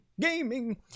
gaming